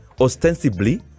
ostensibly